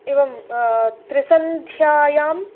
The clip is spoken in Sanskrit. इवं त्रिसन्ध्यायाम्